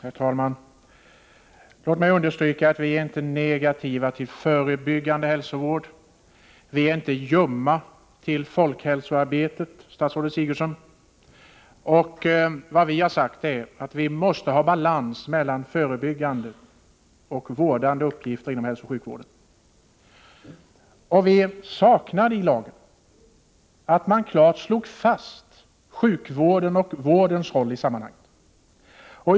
Herr talman! Låt mig understryka att vi inte är negativa till förebyggande hälsovård. Vi är inte ljumma i vårt förhållande till folkhälsoarbetet, statsrådet Sigurdsen. Vad vi har sagt är att vi måste ha balans mellan förebyggande och vårdande uppgifter inom hälsooch sjukvården. Vi saknar i dag att man klart slår fast sjukvårdens och vårdens roll i sammanhanget.